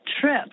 trip